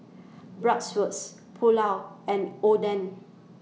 Bratwurst Pulao and Oden